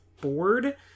board